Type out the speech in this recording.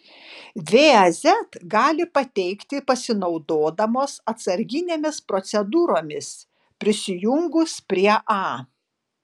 vaz gali pateikti pasinaudodamos atsarginėmis procedūromis prisijungus prie a